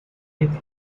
with